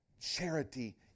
Charity